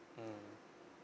mmhmm